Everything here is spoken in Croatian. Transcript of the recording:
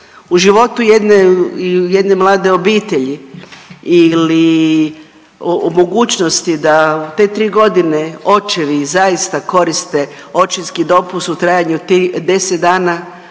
u životu jedne, jedne mlade obitelji ili o mogućnosti da u te 3.g. očevi zaista koriste očinski dopust u trajanju od 10 dana